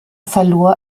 verlor